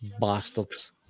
bastards